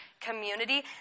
community